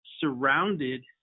surrounded